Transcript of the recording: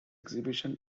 exhibition